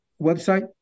website